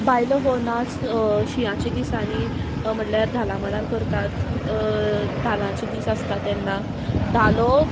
बायलो हो नाच शिंयांच्या दिसांनी म्हणल्यार धाला मांडार करतात धालाचे दीस आसता तेन्ना धालो